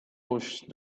pushed